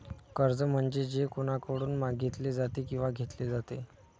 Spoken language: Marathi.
कर्ज म्हणजे जे कोणाकडून मागितले जाते किंवा घेतले जाते